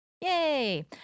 Yay